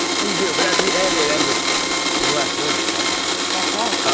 well, you do, but at the end, it ends with your last words are cha cha cha. that's right.